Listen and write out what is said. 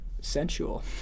sensual